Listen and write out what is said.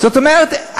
זאת אומרת,